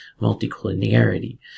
multicollinearity